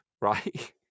right